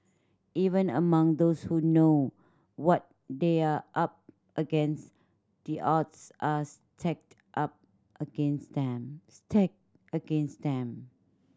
even among those who know what they are up against the odds are stacked a against them stacked against them